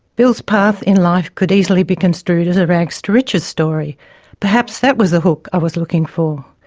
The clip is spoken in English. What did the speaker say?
bill's path in life could easily be construed as a rags-to-riches story perhaps that was the hook i was looking for.